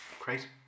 Great